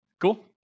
Cool